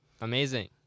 Amazing